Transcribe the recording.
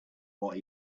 what